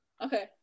Okay